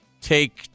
take